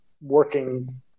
working